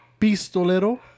pistolero